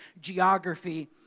geography